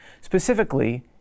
Specifically